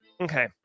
Okay